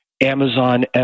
Amazon